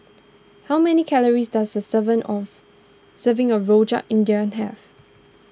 how many calories does a seven of serving of Rojak India have